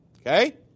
Okay